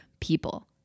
people